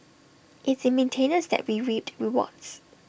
it's in maintenance that we reap rewards